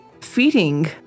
feeding